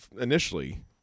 initially